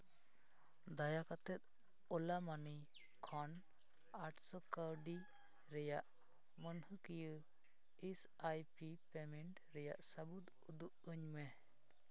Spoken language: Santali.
ᱫᱟᱭᱟ ᱠᱟᱛᱮᱫ ᱳᱞᱟ ᱢᱟᱹᱱᱤ ᱠᱷᱚᱱ ᱟᱴᱥ ᱠᱟᱹᱣᱰᱤ ᱨᱮᱭᱟᱜ ᱢᱟᱹᱱᱦᱟᱹ ᱠᱤᱭᱟᱹ ᱮᱥ ᱟᱭ ᱯᱤ ᱯᱮᱢᱮᱱᱴ ᱨᱮᱭᱟᱜ ᱥᱟᱹᱵᱩᱫ ᱩᱫᱩᱜ ᱟᱹᱧᱢᱮ